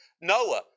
Noah